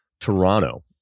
toronto